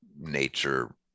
nature